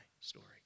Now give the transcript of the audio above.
story